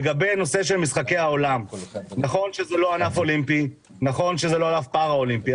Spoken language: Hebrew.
לגבי הנושא של משחקי העולם - נכון שזה לא ענף אולימפי או פארא אולימפי,